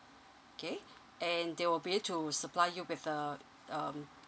okay and they will be there to supply you with the um